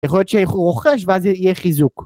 ‫יכול להיות שהוא רוכש ‫ואז יהיה חיזוק.